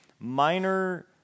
Minor